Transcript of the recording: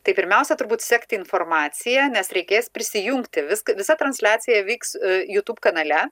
tai pirmiausia turbūt sekti informaciją nes reikės prisijungti viską visa transliacija vyks jutub kanale